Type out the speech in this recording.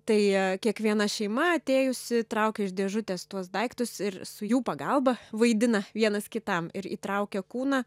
tai kiekviena šeima atėjusi traukia iš dėžutės tuos daiktus ir su jų pagalba vaidina vienas kitam ir įtraukia kūną